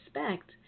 respect